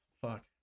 Fuck